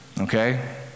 Okay